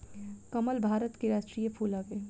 कमल भारत के राष्ट्रीय फूल हवे